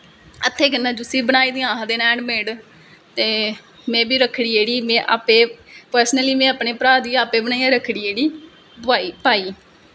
हत्ते कन्नैं जिसी आखदे नै हैंड मेड ते में बी रक्खड़ी जेह्ड़ी में बी पर्सनली में अपनें भ्रा दी अप्पैं बनाई रक्खड़ी पाई